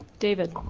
david.